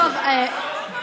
רוצה עזרה?